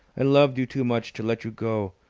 i loved you too much to let you go!